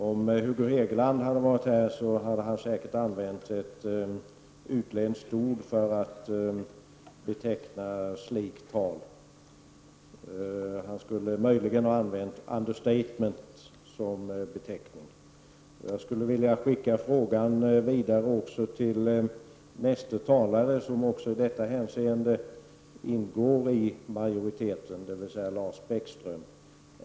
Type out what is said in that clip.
Om Hugo Hegeland hade varit här hade han säker använt ett utländskt ord för att beteckna slikt tal. Han skulle möjligen ha använt ”understatement” som beteckning. Jag skulle vilja skicka frågan vidare till nästa talare, som också i detta avseende ingår i majoriteten, dvs. Lars Bäckström.